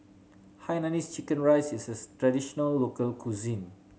hainanese chicken rice is traditional local cuisine